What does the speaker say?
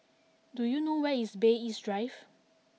do you know where is Bay East Drive